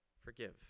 forgive